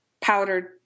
powdered